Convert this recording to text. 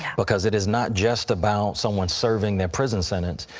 yeah because it is not just about someone serving their prison sentence.